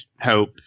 hope